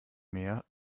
mär